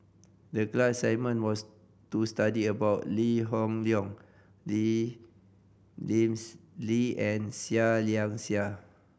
the class assignment was to study about Lee Hoon Leong Lee Lims Lee and Seah Liang Seah